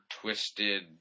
twisted